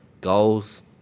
goals